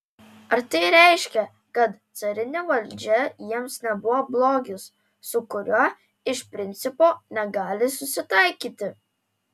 ar tai reiškia kad carinė valdžia jiems nebuvo blogis su kuriuo iš principo negali susitaikyti